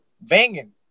banging